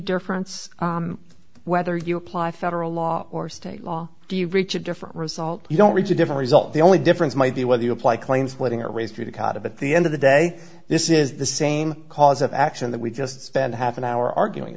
difference whether you apply federal law or state law do you reach a different result you don't reach a different result the only difference might be whether you apply claims waiting a raise to the cost of at the end of the day this is the same cause of action that we just spent half an hour arguing